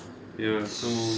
ya so